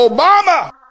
Obama